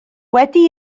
wedi